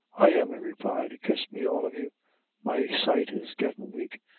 i am, he replied kiss me all of you my sight is gettin' wake,